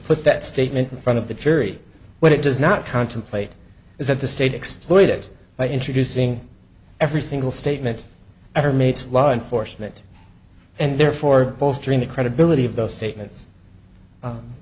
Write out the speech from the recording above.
put that statement in front of the jury what it does not contemplate is that the state exploit it by introducing every single statement ever made to law enforcement and therefore bolstering the credibility of those statements